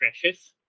precious